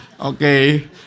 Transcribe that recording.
okay